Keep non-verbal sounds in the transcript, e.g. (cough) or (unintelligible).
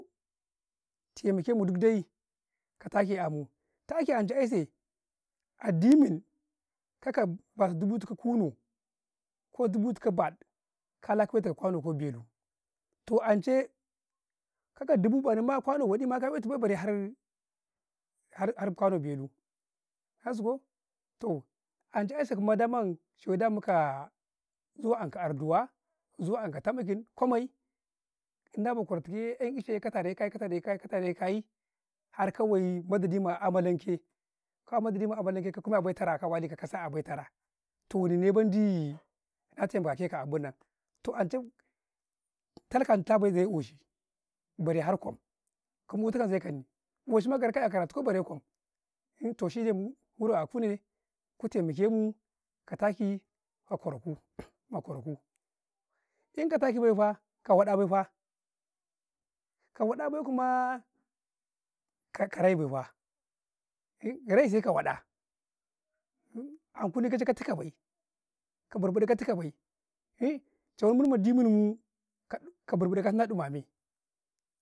﻿tai makemu duk dai, ka taki ka amu, taki ancai ai'sai addimin ka kata dubu tukuu kunu, ko dubutu kau ba ɗu, kala ka wetakau kwana ko belu, toh ancay ka kata dubu ba ɗuma kwano wa ɗima ka we ɗi bay, bare har kwane belu nasi ko, toh ancai aisai daman she damu kaa, zuwa anka arduwa, zuwa anka tamagil, kwamai inda aba kwartukuye, ai.ice kai katare - kai katare- kai katara kayi, har kawai madadi ma a malanke, kawa madadi ma amalanke ka kuma a bai tara, ka wali ka kasa a bai tara toh enni ne mendi na taimakake a abu nan, toh ancai kalakanta bay kayi koshin, bare har kwam, kamu tukau zay kanii. bare har kwam kamu tukau zay kanii, koci ma ga ɗakau bya karatu kau bare kwam (unintelligible) toh shi ne mu ra ნ akune ku taimake mu kataki muyi kwaraku, (noise) makwaraku, inka taki bay yee fa, ka wa ɗa bay kumaa, kakka rai bay faa, (hesitation) rai sai ka wa ɗa (hesitation) ankuni kaci katuka bay, ka bar ba ɗika tuka bay (hesitation) ca wunn mun ma dimunn muu kabar badi kan tuna ɗumamayy.